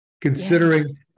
Considering